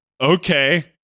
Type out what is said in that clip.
okay